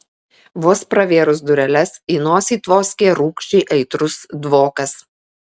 vos pravėrus dureles į nosį tvoskė rūgščiai aitrus dvokas